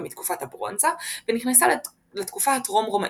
מתקופת הברונזה ונכנסה לתקופה הטרום-רומית,